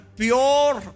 pure